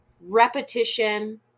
repetition